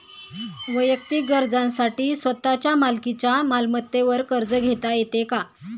वैयक्तिक गरजांसाठी स्वतःच्या मालकीच्या मालमत्तेवर कर्ज घेता येतो का?